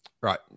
right